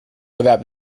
without